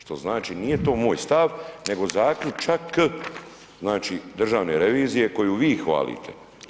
Što znači nije to moj stav nego zaključak znači državne revizije koju vi hvalite.